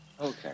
Okay